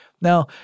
Now